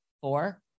four